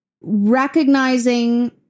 recognizing